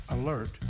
alert